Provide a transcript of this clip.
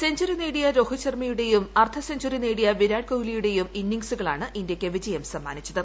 century നേടിയ രോ്ഹിത് ശർമ്മയുടെയും അർദ്ധ സെഞ്ചറി നേടിയ വിരാട് കോഹ്ലിയുടെയും ഇന്നിംഗ്സുകളാണ് ഇന്ത്യക്ക് വിജയം സമ്മാനിച്ചത്